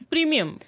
Premium